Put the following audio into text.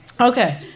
Okay